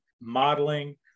modeling